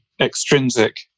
extrinsic